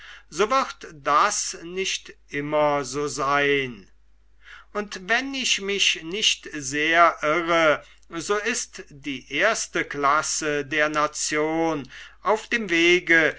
so wird das nicht immer so sein und wenn ich mich nicht sehr irre so ist die erste klasse der nation auf dem wege